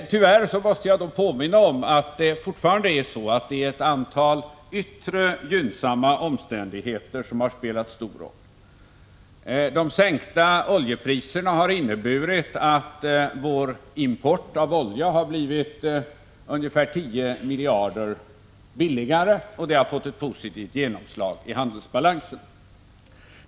Tyvärr måste jag påminna om att det fortfarande är ett antal gynnsamma yttre omständigheter som spelar stor roll. Sänkningen av oljepriserna har inneburit att vår import av olja har blivit ungefär 10 miljarder kronor billigare, vilket har fått ett positivt genomslag i handelsbalansen.